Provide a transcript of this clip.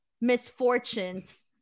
misfortunes